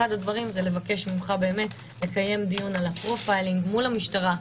אחד הדברים זה לבקש ממך לקיים דיון על ה-profiling מול המשטרה,